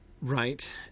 right